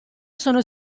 sono